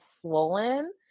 swollen